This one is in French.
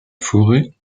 forêt